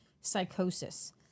psychosis